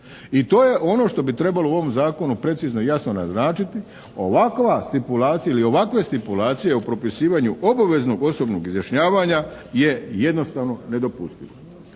I to je ono što bi trebalo u ovom zakonu precizno i jasno naznačiti. Ovakova stipulacija ili ovakve stipulacije u propisivanju obaveznog osobnog izjašnjavanja je jednostavno nedopustivo.